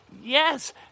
Yes